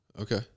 Okay